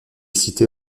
cités